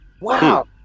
Wow